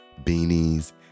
beanies